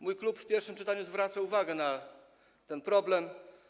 Mój klub w pierwszym czytaniu zwracał uwagę na ten problem.